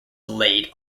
laid